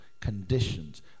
conditions